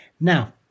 Now